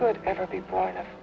could ever be part of